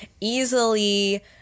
easily